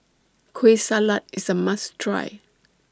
Kueh Salat IS A must Try